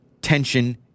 tension